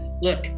Look